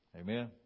Amen